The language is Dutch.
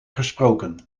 gesproken